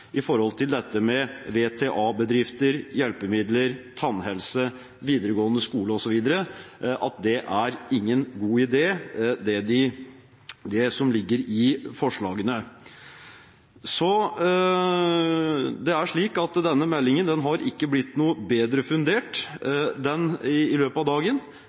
dette med VTA-bedrifter, hjelpemidler, tannhelse, videregående skole osv. – om at det som ligger i forslagene, er ingen god idé. Det er slik at denne meldingen ikke har blitt noe bedre fundert i løpet av dagen.